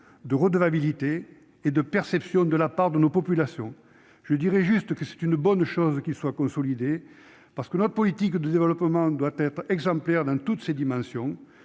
de redevabilité et de perception de la part des populations. Il est positif que ces objectifs soient consolidés, parce que notre politique de développement doit être exemplaire dans toutes ses dimensions,